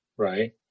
right